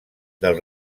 del